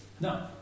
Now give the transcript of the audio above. No